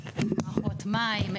מערכות מים,